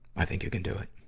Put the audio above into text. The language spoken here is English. i think you can do it.